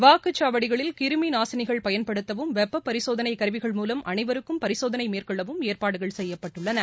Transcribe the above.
வாக்குச்சாவடிகளில் கிருமிநாசினிகள் பயன்படுத்தவும் வெப்ப பரிசோதனை கருவிகள் மூலம் அனைவருக்கும் பரிசோதனை மேற்கொள்ளவும் ஏற்பாடுகள் செய்யப்பட்டுள்ளன